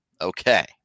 Okay